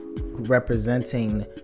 representing